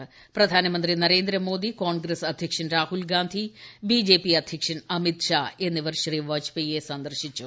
ഇന്നലെ പ്രധാനമന്ത്രി നരേന്ദ്ര മോദി കോൺഗ്രസ് അധ്യക്ഷൻ രാഹുൽ ഗാന്ധി ബിജെപി അധ്യക്ഷൻ അമിത്ഷാ എന്നിവർ ശ്രീ വാജ്പേയിയെ സന്ദർശിച്ചു